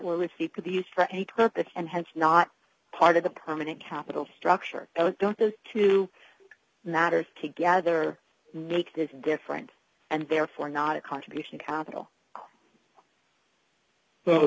were received could be used for any purpose and has not part of the permanent capital structure don't those two matters together make this different and therefore not a contribution capital